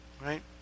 Right